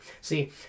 See